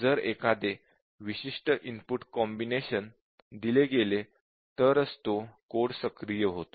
जर एखादे विशिष्ट इनपुट कॉम्बिनेशन दिले गेले तर तो कोड सक्रिय होतो